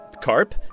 carp